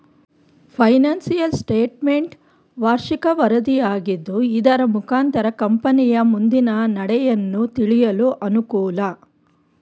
financial statement ವಾರ್ಷಿಕ ವರದಿಯಾಗಿದ್ದು ಇದರ ಮುಖಾಂತರ ಕಂಪನಿಯ ಮುಂದಿನ ನಡೆಯನ್ನು ತಿಳಿಯಲು ಅನುಕೂಲ